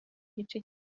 igice